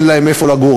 אין להם איפה לגור.